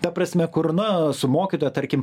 ta prasme kur na su mokytoja tarkim